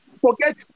Forget